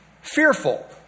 fearful